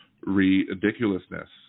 ridiculousness